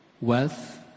wealth